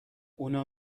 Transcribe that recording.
اونا